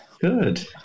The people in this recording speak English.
good